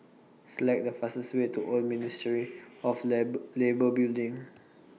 Select The fastest Way to Old Ministry of Labour Building